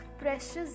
precious